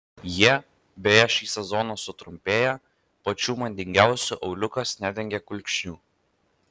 jie beje šį sezoną sutrumpėja pačių madingiausių auliukas nedengia kulkšnių